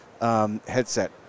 Headset